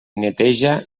neteja